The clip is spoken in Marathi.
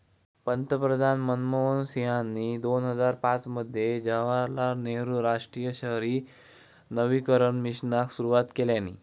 पंतप्रधान मनमोहन सिंहानी दोन हजार पाच मध्ये जवाहरलाल नेहरु राष्ट्रीय शहरी नवीकरण मिशनाक सुरवात केल्यानी